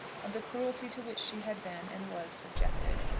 of the cruelty to which she had been and was subjected.